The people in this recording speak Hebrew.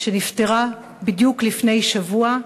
שנפטרה בדיוק לפני שבוע,